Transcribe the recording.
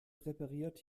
repariert